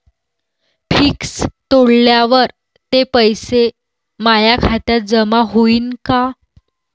Fix तोडल्यावर ते पैसे माया खात्यात जमा होईनं का?